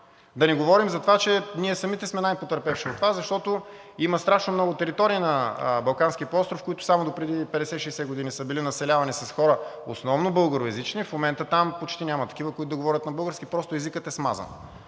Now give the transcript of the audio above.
Да не говорим за това, че ние самите сме най потърпевши от това, защото има страшно много територии на Балканския полуостров, които само допреди 50-60 години са били населявани с хора, основно българоезични, в момента там почти няма такива, които да говорят на български – просто езикът е смазан.